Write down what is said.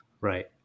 right